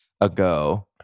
ago